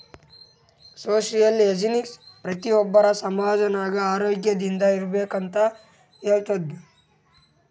social agency ಪ್ರತಿ ಒಬ್ಬರು ಸಮಾಜ ನಾಗ್ ಆರೋಗ್ಯದಿಂದ್ ಇರ್ಬೇಕ ಅಂತ್ ಹೇಳ್ತುದ್